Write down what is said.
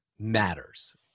matters